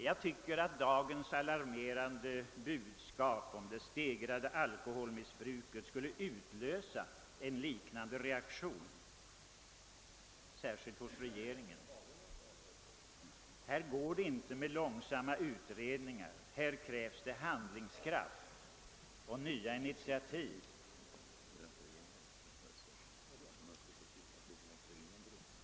Jag tycker att dagens alarmerande budskap om det stegrade alkoholmissbruket borde utlösa en liknande reaktion, särskilt hos regeringen. I detta sammanhang skall man inte tillgripa långsamma utredningar, utan det krävs handlingskraft och nya initiativ.